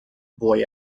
boy